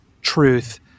truth